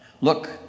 look